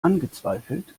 angezweifelt